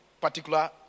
particular